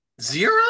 zero